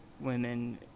women